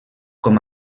com